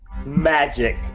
Magic